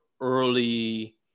early